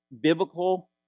biblical